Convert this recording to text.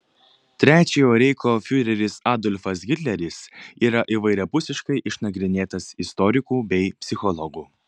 trečiojo reicho fiureris adolfas hitleris yra įvairiapusiškai išnagrinėtas istorikų bei psichologų